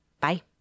Bye